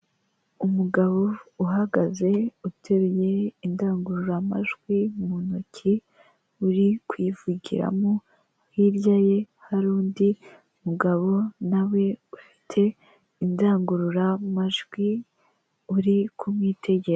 Umugabo uhagaze uteruye indangururamajwi mu ntoki, uri kuyivugiramo, hirya ye hari undi mugabo nawe we ufite indangururamajwi uri kumwitegereza.